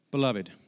Beloved